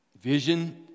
Vision